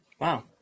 Wow